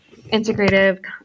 integrative